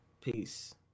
peace